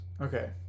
Okay